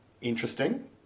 Interesting